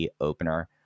opener